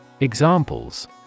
Examples